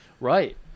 Right